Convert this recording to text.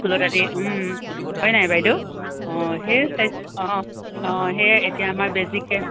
স্কুলত আজি হয় নাই বাইদেউ অঁ সেই চাই অঁ অঁ সেই এতিয়া আমাৰ বেজী কেম্প